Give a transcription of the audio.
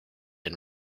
and